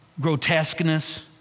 grotesqueness